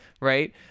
right